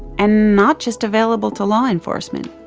and not just available to law enforcement.